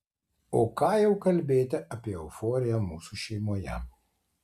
o ką jau kalbėti apie euforiją mūsų šeimoje